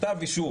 מכתב אישור.